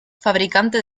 fabricante